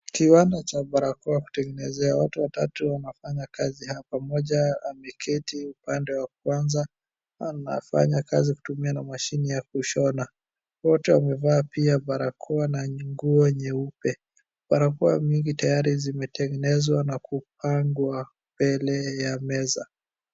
Kiwanda cha barakoa kutengenezea ,watu watatu wanafanya kazi hapa mmoja ameketi upande wa kwanza anafanya kazi na kutumia mashine ya kushona wote wamevaa pia barakoa na nguo nyeupe. Barakoa mingi tayari zimetengenezwa na kupangwa mbele ya meza.